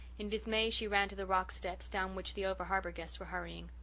in dismay she ran to the rock steps, down which the over-harbour guests were hurrying.